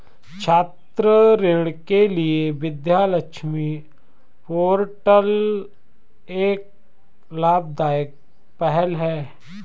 छात्र ऋण के लिए विद्या लक्ष्मी पोर्टल एक लाभदायक पहल है